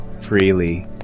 Freely